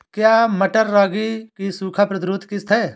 क्या मटर रागी की सूखा प्रतिरोध किश्त है?